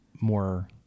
more